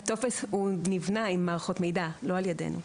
הטופס נבנה על ידי מערכות מידע, לא על ידינו.